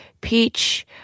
peach